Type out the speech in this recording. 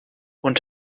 und